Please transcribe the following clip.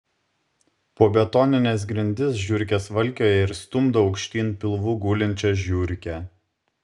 po betonines grindis žiurkės valkioja ir stumdo aukštyn pilvu gulinčią žiurkę